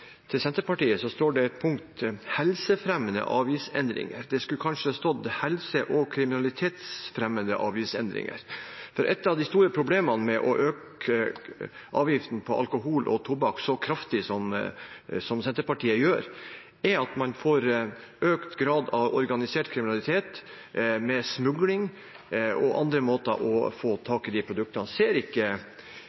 til Senterpartiet står det et punkt: «Helsefremmende avgiftsendringer». Det skulle kanskje stått «helse- og kriminalitetsfremmende avgiftsendringer», for et av de store problemene med å øke avgiften på alkohol og tobakk så kraftig som Senterpartiet gjør, er at man får økt grad av organisert kriminalitet, med smugling og andre måter å få